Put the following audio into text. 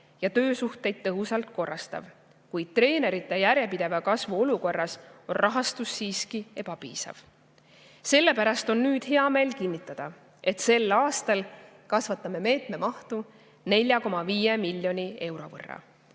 ja töösuhteid tõhusalt korrastav, kuid treenerite järjepideva kasvu olukorras on rahastus siiski ebapiisav. Sellepärast on nüüd hea meel kinnitada, et sel aastal kasvatame meetme mahtu 4,5 miljoni euro võrra.